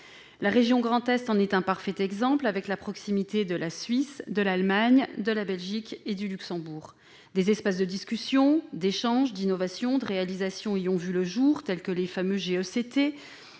La région Grand Est en est un parfait exemple, avec la proximité de la Suisse, de l'Allemagne, de la Belgique et du Luxembourg. Des espaces de discussion, d'échanges, d'innovation, de réalisations y ont vu le jour, tels que les fameux